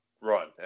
run